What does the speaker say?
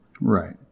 Right